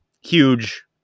huge